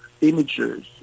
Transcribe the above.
images